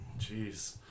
jeez